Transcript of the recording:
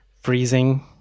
freezing